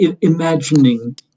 imagining